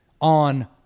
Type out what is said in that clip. on